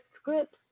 scripts